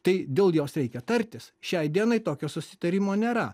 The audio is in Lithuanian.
tai dėl jos reikia tartis šiai dienai tokio susitarimo nėra